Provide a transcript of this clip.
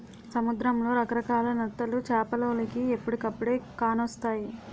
సముద్రంలో రకరకాల నత్తలు చేపలోలికి ఎప్పుడుకప్పుడే కానొస్తాయి